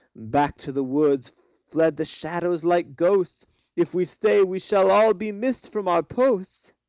back to the woods fled the shadows like ghosts if we stay, we shall all be missed from our posts.